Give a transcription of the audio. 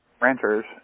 ranchers